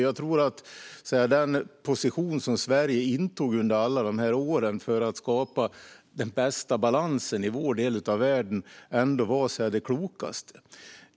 Jag tror att den position som Sverige intog under alla de här åren för att skapa den bästa balansen i vår del av världen ändå var den klokaste.